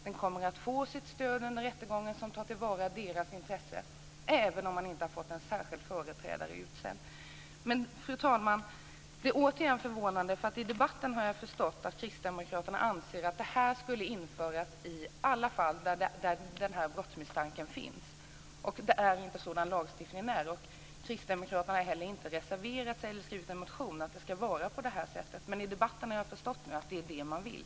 De kommer att få sitt stöd under rättegången, någon som tar till vara deras intresse, även om de inte har fått en särskild företrädare utsedd. Men, fru talman, återigen är det förvånande. I debatten har jag förstått att Kristdemokraterna anser att det här skulle införas i alla fall där den här brottsmisstanken finns. Det är inte så lagstiftningen är. Kristdemokraterna har heller inte reserverat sig eller skrivit någon motion om att det ska vara på det här sättet. Men i debatten har jag förstått att det är det man vill.